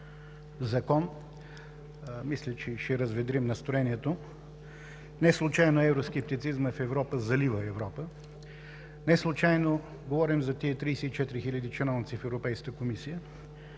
закон. Мисля, че и ще разведрим настроението: неслучайно евроскептицизмът в Европа залива Европа, неслучайно говорим за тези 34 хиляди чиновници в Европейската комисия.